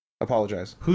Apologize